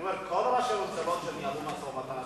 כל ראשי הממשלות שניהלו משא-ומתן,